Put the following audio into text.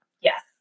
Yes